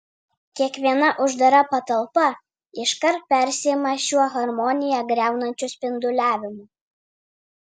kiekviena uždara patalpa iškart persiima šiuo harmoniją griaunančiu spinduliavimu